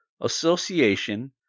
Association